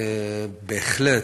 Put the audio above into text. בהחלט,